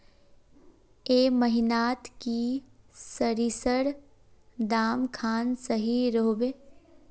ए महीनात की सरिसर दाम खान सही रोहवे?